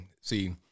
See